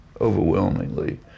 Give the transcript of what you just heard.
overwhelmingly